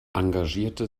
engagierte